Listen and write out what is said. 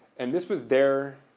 and this was their